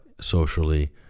socially